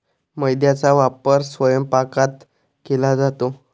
मैद्याचा वापर स्वयंपाकात केला जातो